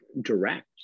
direct